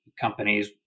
companies